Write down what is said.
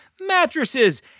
mattresses